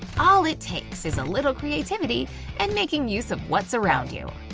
all it takes is a little creativity and making use of what's around you.